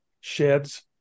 sheds